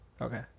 Okay